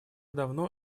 давно